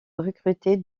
recruter